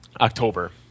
October